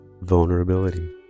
vulnerability